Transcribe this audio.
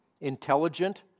intelligent